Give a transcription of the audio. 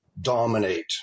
dominate